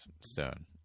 Stone